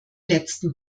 letzten